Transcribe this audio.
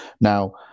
Now